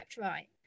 right